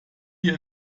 hier